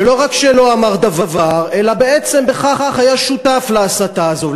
ולא רק שלא אמר דבר אלא בעצם בכך היה שותף להסתה הזאת.